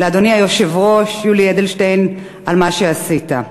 לאדוני היושב-ראש, יולי אדלשטיין, על מה שעשית.